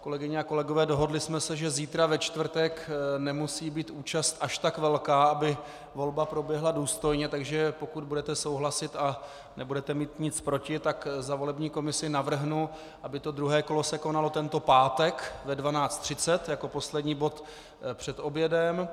Kolegyně a kolegové, dohodli jsme se, že zítra, ve čtvrtek, nemusí být účast až tak velká, aby volba proběhla důstojně, takže pokud budete souhlasit a nebudete mít nic proti, tak za volební komisi navrhnu, aby se druhé kolo konalo tento pátek ve 12.30 jako poslední bod před obědem.